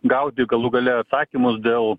gaudė galų gale atsakymus dėl